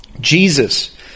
Jesus